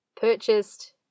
purchased